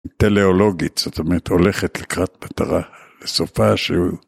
טליאולוגית, זאת אומרת, הולכת לקראת מטרה, לסופה שהוא